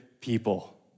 people